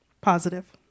positive